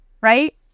right